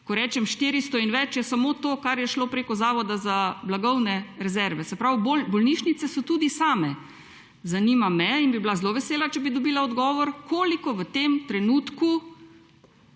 ko rečem 400 in več, je samo to, kar je šlo prek Zavoda za blagovne rezerve, se pravi, bolnišnice so tudi same – me zanima in bi bila zelo vesela, če bi dobila odgovor, koliko imamo v tem trenutku